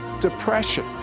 depression